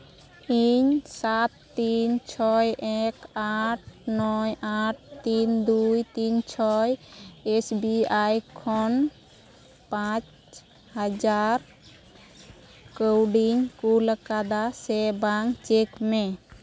ᱤᱧ ᱥᱟᱛ ᱛᱤᱱ ᱪᱷᱚᱭ ᱮᱠ ᱟᱴ ᱱᱚᱭ ᱟᱴ ᱛᱤᱱ ᱫᱩᱭ ᱛᱤᱱ ᱪᱷᱚᱭ ᱮᱥ ᱵᱤ ᱟᱭ ᱠᱷᱚᱱ ᱯᱟᱸᱪ ᱦᱟᱡᱟᱨ ᱠᱟᱹᱣᱰᱤᱧ ᱠᱳᱞ ᱟᱠᱟᱫᱟ ᱥᱮ ᱵᱟᱝ ᱪᱮᱠ ᱢᱮ